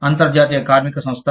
అంతర్జాతీయ కార్మిక సంస్థ